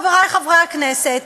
חברי חברי הכנסת,